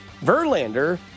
Verlander